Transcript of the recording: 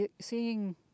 seeing